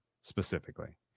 specifically